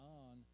on